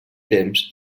temps